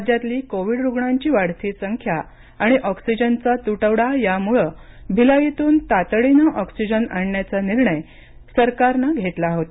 राज्यातली कोविड रुग्णांची वाढती संख्या आणि ऑक्सीजनचा तुटवडा यामुळे भिलईतून तातडीनं ऑक्सीजन आणण्याचा निर्णय सरकारनं घेतला होता